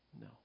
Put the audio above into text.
No